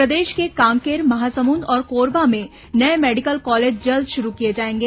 प्रदेश के कांकेर महासमुंद और कोरबा में नये मेडिकल कॉलेज जल्द शुरू किए जाएंगे